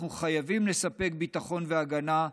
אנחנו חייבים לספק ביטחון והגנה,